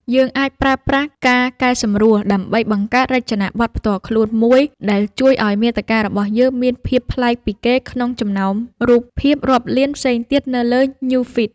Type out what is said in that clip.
យើងប្រើប្រាស់ការកែសម្រួលដើម្បីបង្កើតរចនាបថផ្ទាល់ខ្លួនមួយដែលជួយឱ្យមាតិការបស់យើងមានភាពប្លែកពីគេក្នុងចំណោមរូបភាពរាប់លានផ្សេងទៀតនៅលើ ញូវហ្វ៊ីត ។